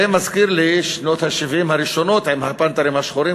זה מזכיר לי את שנות ה-70 הראשונות עם "הפנתרים השחורים",